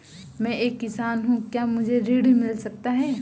मैं एक किसान हूँ क्या मुझे ऋण मिल सकता है?